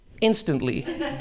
instantly